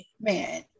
man